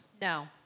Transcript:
No